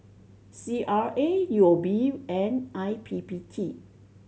C R A U O B and I P P T